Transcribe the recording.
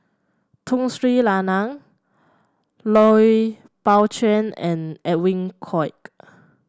Tun Sri Lanang Lui Pao Chuen and Edwin Koek